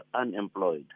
unemployed